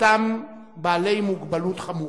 מחציתם בעלי מוגבלות חמורה.